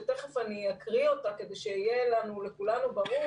שתכף אני אקריא אותה כדי שיהיה לכולנו ברור,